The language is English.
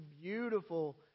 beautiful